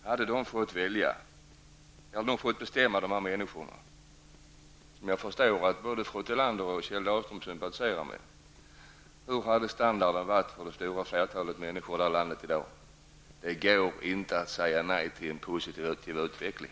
Hade dessa människor -- som jag förstår att både fru Tillander och Kjell Dahlström sympatiserar med -- fått bestämma, hur hade standarden varit för det stora flertalet människor i dag? Det går inte att säga nej till en positiv utveckling.